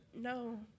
No